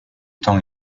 temps